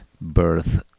Birth